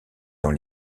dans